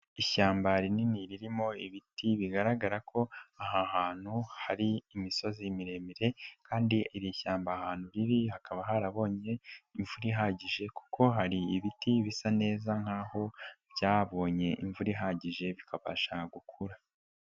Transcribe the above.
Ishyamba rinini ririmo ibiti bigaragara ko aha hantu hari imisozi miremire kandi iri shyamba ahantu riri hakaba harabonye imvura ihagije kuko hari ibiti bisa neza nkaho byabonye imvura ihagije bikabasha gukura.